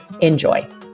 Enjoy